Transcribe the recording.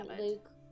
Luke